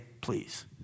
please